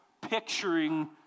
picturing